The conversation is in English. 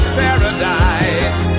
paradise